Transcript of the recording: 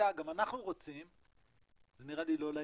שגם אנחנו רוצים זה נראה לי לא לעניין.